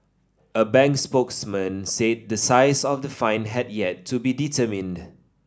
a bank spokesman said the size of the fine had yet to be determined